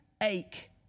ache